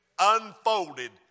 unfolded